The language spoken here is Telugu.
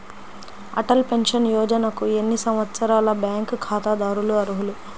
అటల్ పెన్షన్ యోజనకు ఎన్ని సంవత్సరాల బ్యాంక్ ఖాతాదారులు అర్హులు?